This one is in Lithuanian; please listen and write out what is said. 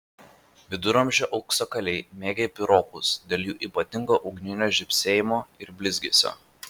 viduramžių auksakaliai mėgę piropus dėl jų ypatingo ugninio žybsėjimo ir blizgesio